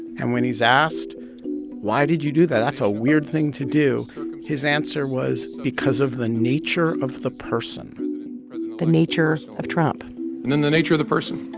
and when he's asked why did you do that? that's a weird thing to do his answer was, because of the nature of the person the nature of trump and then the nature of the person.